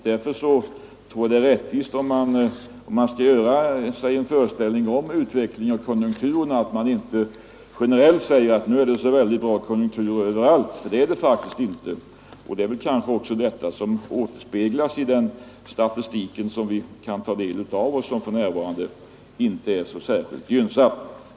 Därför vore det rättvist att inte, när man skall ge en föreställning om utvecklingen av konjunkturerna, generellt säga att det är uppåt i företagen överallt, för det är det faktiskt inte. Det är kanske också det som återspeglas i den statistik som vi kan ta del av och som för närvarande inte är så särskilt positiv.